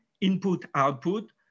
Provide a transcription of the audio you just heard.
input-output